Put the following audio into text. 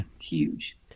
huge